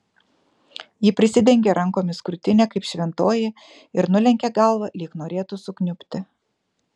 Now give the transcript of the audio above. ji prisidengė rankomis krūtinę kaip šventoji ir nulenkė galvą lyg norėtų sukniubti